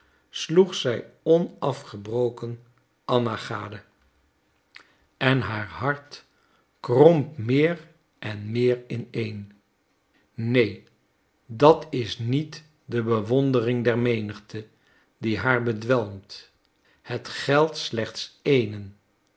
sloeg zij onafgebroken anna gade en haar hart kromp meer en meer ineen neen dat is niet de bewondering der menigte die haar bedwelmt het geldt slechts éénen